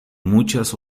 muchas